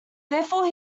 therefore